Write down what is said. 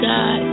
God